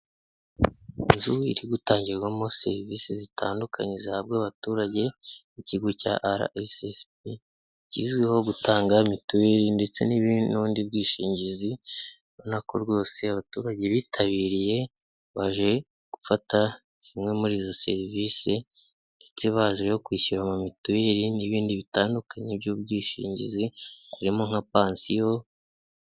Inzu iri gutangirwamo serivisi zitandukanye zihabwa abaturage, ikigo cya ara esesibi, kizwiho gutanga mituweli ndetse n'ubundi bwishingizi ubona ko rwose abaturage bitabiriye, baje gufata zimwe muri izo serivisi, ndetse baje no kwishyura mu mituweli n'ibindi bitandukanye by'ubwishingizi harimo nka pansiyo.